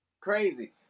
Crazy